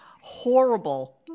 horrible